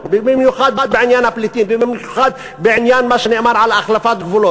במיוחד בעניין הפליטים ובמיוחד בעניין מה שנאמר על החלפת שטחים,